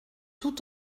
tout